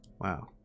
Wow